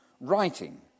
writing